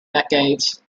decades